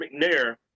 McNair